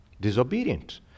Disobedient